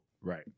Right